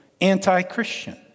anti-Christian